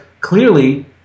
clearly